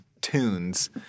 tunes